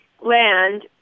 land